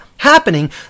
happening